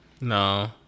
No